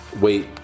wait